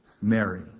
Mary